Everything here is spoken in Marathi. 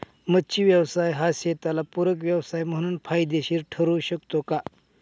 मच्छी व्यवसाय हा शेताला पूरक व्यवसाय म्हणून फायदेशीर ठरु शकतो का?